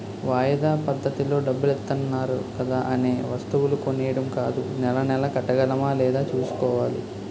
వాయిదా పద్దతిలో డబ్బులిత్తన్నారు కదా అనే వస్తువులు కొనీడం కాదూ నెలా నెలా కట్టగలమా లేదా సూసుకోవాలి